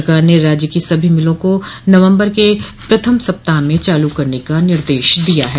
सरकार ने राज्य की सभी मिलों को नवम्बर के प्रथम सप्ताह में चालू करने का निर्देश दिया है